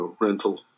rental